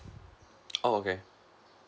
oh okay